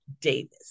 Davis